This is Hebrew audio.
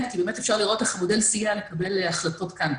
כי באמת אפשר לראות איך המודל סייע לקבל החלטות כאן.